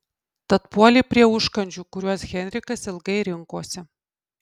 tad puolė prie užkandžių kuriuos henrikas ilgai rinkosi